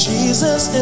Jesus